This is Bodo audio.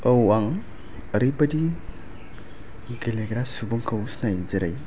औ आं ओरैबायदि गेलेग्रा सुबुंखौ सिनायो जेरै